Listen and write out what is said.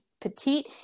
petite